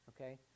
Okay